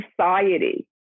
society